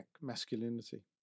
masculinity